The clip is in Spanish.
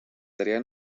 tarea